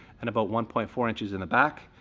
and about one point four inches in the back.